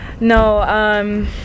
No